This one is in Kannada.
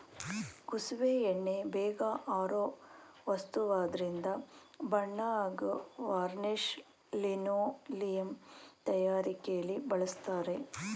ಕುಸುಬೆ ಎಣ್ಣೆ ಬೇಗ ಆರೋ ವಸ್ತುವಾದ್ರಿಂದ ಬಣ್ಣ ಹಾಗೂ ವಾರ್ನಿಷ್ ಲಿನೋಲಿಯಂ ತಯಾರಿಕೆಲಿ ಬಳಸ್ತರೆ